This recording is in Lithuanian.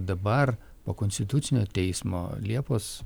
dabar po konstitucinio teismo liepos